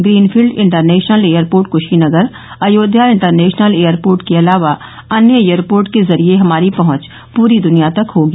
green field international airport Kushinagar Ayodhya international airport के अलावा अन्य एयरपोर्ट के जरिये हमारी पहंच परी दनिया तक होगी